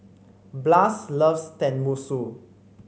Blas loves Tenmusu